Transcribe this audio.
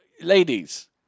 ladies